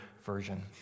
version